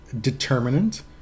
determinant